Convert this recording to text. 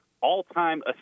all-time